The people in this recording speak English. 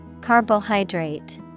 Carbohydrate